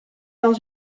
dans